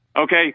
okay